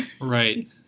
Right